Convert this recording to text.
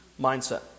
mindset